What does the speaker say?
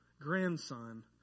grandson